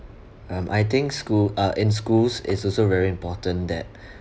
um I think school uh in schools is also very important that